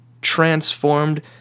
transformed